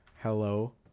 hello